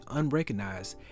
unrecognized